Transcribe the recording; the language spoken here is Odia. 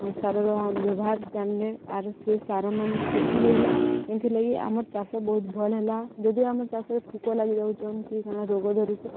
ସାରର ବ୍ୟବହାର ଜଣିଲେ ଆର ସେ ସାର ମାନ ସୃଷ୍ଟି ବି ହେଲା ଏନ୍ଥିଲାଗି ଆମର୍ ଚାଷ ବହୁତ ଭଲ୍ ହେଲା ଯଦି ଆମର୍ ଚାଷରେ ପୋକ ଲାଗିଯାଉଛନ୍ କି କ'ଣ ରୋଗ ଧରୁଛେ